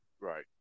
Right